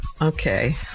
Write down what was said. Okay